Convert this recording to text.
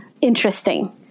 interesting